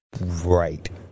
Right